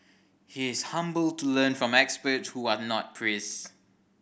he is humble to learn from experts who are not priest